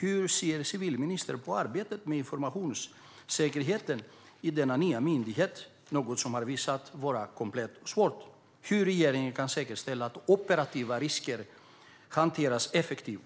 Hur ser ministern på arbetet med informationssäkerheten i denna nya myndighet? Det har ju visat sig vara svårt för regeringen att kunna säkerställa att operativa risker hanteras effektivt.